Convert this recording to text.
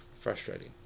frustrating